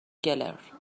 گلر